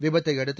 விபத்தை அடுத்து